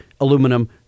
aluminum